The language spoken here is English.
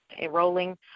enrolling